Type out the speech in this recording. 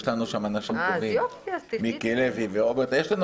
יש לנו שם אנשים מצוינים שם.